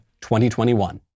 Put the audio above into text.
2021